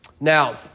Now